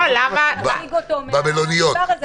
במלוניות.